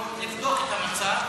לבדוק את המצב,